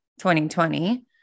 2020